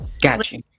Gotcha